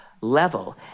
level